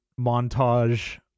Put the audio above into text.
montage